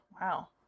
Wow